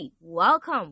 welcome